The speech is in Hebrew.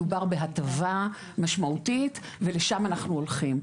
מדובר בהטבה משמעותית ולשם אנחנו הולכים,